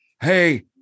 Hey